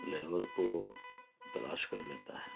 labour کو تلاش کر لیتا ہے